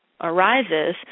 arises